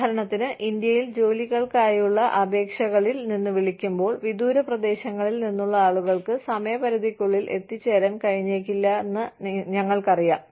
ഉദാഹരണത്തിന് ഇന്ത്യയിൽ ജോലികൾക്കായുള്ള അപേക്ഷകളിൽ നിന്ന് വിളിക്കുമ്പോൾ വിദൂര പ്രദേശങ്ങളിൽ നിന്നുള്ള ആളുകൾക്ക് സമയപരിധിക്കുള്ളിൽ എത്തിച്ചേരാൻ കഴിഞ്ഞേക്കില്ലെന്ന് ഞങ്ങൾക്കറിയാം